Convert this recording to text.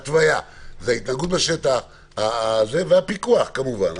זאת ההתנהגות בשטח וכמובן הפיקוח.